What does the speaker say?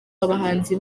abahanzi